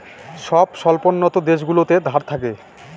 সব স্বল্পোন্নত দেশগুলোতে ধার থাকে